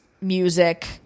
music